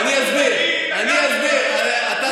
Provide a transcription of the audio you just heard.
דיברנו על עסקים קטנים,